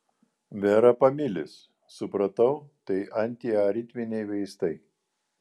verapamilis supratau tai antiaritminiai vaistai